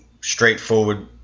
straightforward